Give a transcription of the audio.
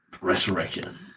resurrection